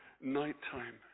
nighttime